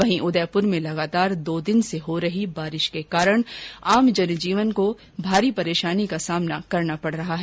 वहीं उदयपुर में लगातार दो दिन से हो रही बारिश के कारण आम जनजीवन को भारी परेशानी हो रही है